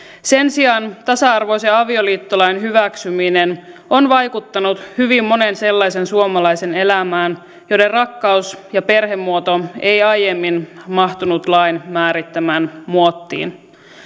sen sijaan tasa arvoisen avioliittolain hyväksyminen on vaikuttanut hyvin monen sellaisen suomalaisen elämään jonka rakkaus ja perhemuoto ei aiemmin mahtunut lain määrittämään muottiin